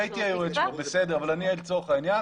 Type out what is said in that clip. אם הייתי היועץ, אבל אני לצורך העניין